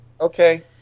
Okay